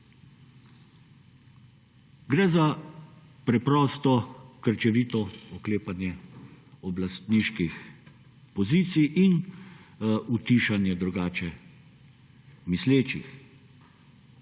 Gre za preprosto krčevito oklepanje oblastniških pozicij in utišanje drugače mislečih.